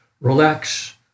relax